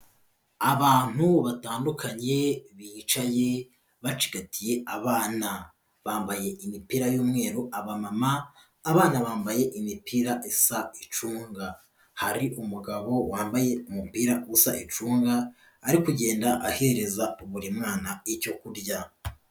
Abantu batandukanye bicaye bacigatiye abana bambaye imipira y'umweru aba mama abana bambaye imipira isa icunga hari umugabo wambaye umupira usa icunga ari kugenda ahereza buri mwana icyo kurya.